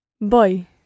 Boy